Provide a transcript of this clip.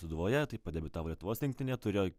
sūduvoje taip pat debiutavo lietuvos rinktinėj turėjo